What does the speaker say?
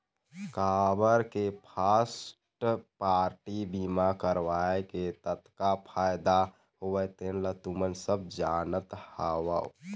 काबर के first party बीमा करवाय के कतका फायदा हवय तेन ल तुमन सब जानत हव